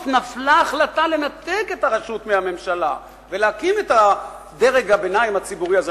נפלה החלטה לנתק את הרשות מהממשלה ולהקים את דרג הביניים הציבורי הזה.